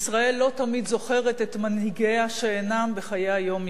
תמיד זוכרת את מנהיגיה שאינם בחיי היום-יום.